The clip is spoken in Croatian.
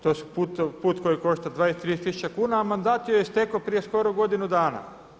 To je put koji košta 20, 30 tisuća kuna a mandat joj je istekao prije skoro godinu dana.